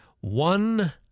one